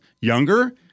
younger